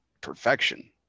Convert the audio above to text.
perfection